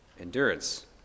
endurance